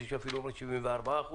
- יש כאלה שאפילו אומרים 74 אחוזים